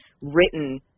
written